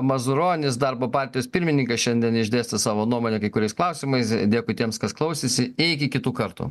mazuronis darbo partijos pirmininkas šiandien išdėstys savo nuomonę kai kuriais klausimais dėkui tiems kas klausėsi iki kitų kartų